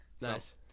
Nice